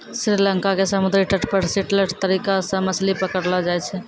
श्री लंका के समुद्री तट पर स्टिल्ट तरीका सॅ मछली पकड़लो जाय छै